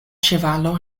ĉevalo